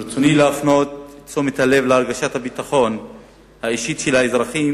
ברצוני להפנות את תשומת הלב להרגשת הביטחון האישית של האזרחים,